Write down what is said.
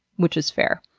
which is fair.